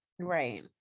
Right